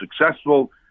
successful